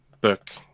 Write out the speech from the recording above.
book